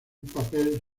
papel